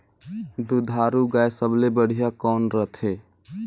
दुधारू गाय सबले बढ़िया कौन रथे?